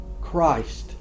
Christ